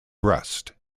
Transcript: brest